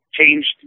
changed